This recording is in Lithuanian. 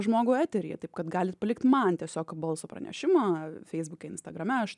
žmogų eteryje taip kad galit palikt man tiesiog balso pranešimą feisbuke instagrame aš